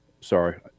Sorry